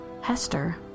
Hester